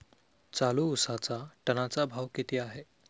चालू उसाचा टनाचा भाव किती आहे?